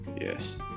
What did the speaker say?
Yes